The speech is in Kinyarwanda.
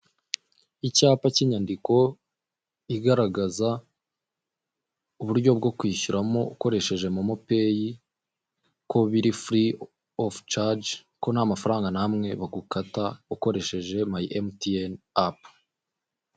Icyapa k'inyandiko igaragaza uburyo bwo kwishyuramo ukoresheje momopeyi ku biri furi ofu caje ko nta mafaranga n'amwe bagukata ukoresheje mayi emutiyene apu.